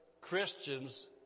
Christians